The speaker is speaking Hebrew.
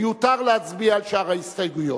מיותר להצביע על שאר ההסתייגויות.